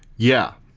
yeah.